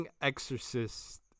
Exorcist